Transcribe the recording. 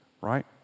right